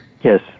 Yes